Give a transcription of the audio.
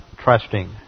Trusting